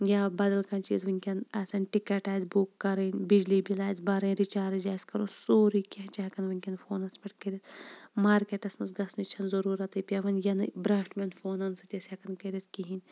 یا بَدَل کانٛہہ چیٖز وُنکیٚن آسان ٹِکٹ آسہِ بُک کَرٕنۍ بِجلی بِل آسہِ بَرٕنۍ رِچارج آسہِ کَرُن سورُے کیٚنٛہہ چھُ ہیٚکان وُنکیٚن فونَس پیٚٹھ کٔرِتھ مارکیٚٹَس مَنٛز گَژھنٕچ چھَ نہٕ ضروٗرَتھٕے پیٚوان یِنہٕ برٛونٛٹھ میٚن فونَن سۭتۍ ٲسۍ ہیٚکان کٔرِتھ کِہیٖنٛۍ